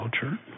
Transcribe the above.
culture